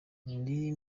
indi